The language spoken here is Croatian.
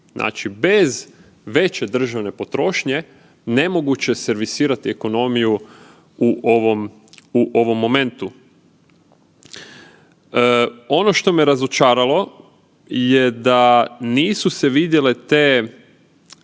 bez veće državne potrošnje nemoguće je servisirati ekonomiju u ovom, u ovom momentu. Ono što me razočaralo je da nisu se vidjele te